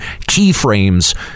keyframes